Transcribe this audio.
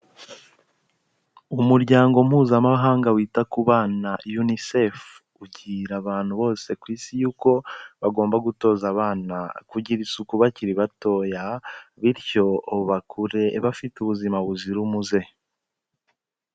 Umuryango mpuzamahanga wita ku bana Unicef, ugira abantu bose ku isi yuko bagomba gutoza abana kugira isuku bakiri batoya, bityo bakure bafite ubuzima buzira umuze.